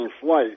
flight